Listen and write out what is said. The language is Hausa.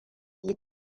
yi